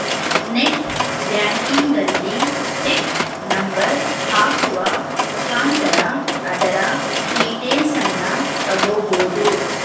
net ಬ್ಯಾಂಕಿಂಗಲ್ಲಿ check number ಹಾಕುವ ಮುಖಾಂತರ ಅದರ ಡೀಟೇಲ್ಸನ್ನ ತಗೊಬೋದು